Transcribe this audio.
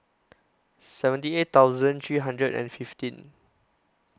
seventy eight thousand three hundred and fifteen